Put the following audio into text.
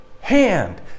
hand